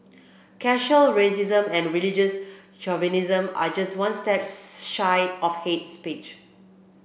casual racism and religious chauvinism are just one step shy of hate speech